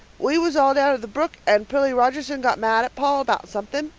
we was all down at the brook and prillie rogerson got mad at paul about something.